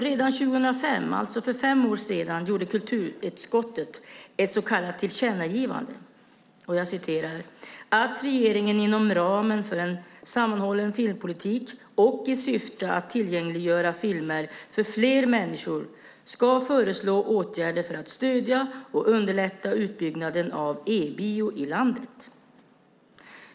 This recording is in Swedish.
Redan 2005, alltså för fem år sedan, gjorde kulturutskottet ett så kallat tillkännagivande "att regeringen - inom ramen för en sammanhållen filmpolitik och i syfte att tillgängliggöra filmen för fler människor - ska föreslå åtgärder för att stödja och underlätta utbyggnaden av e-bio i landet."